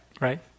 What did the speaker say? right